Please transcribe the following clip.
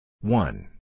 One